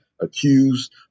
accused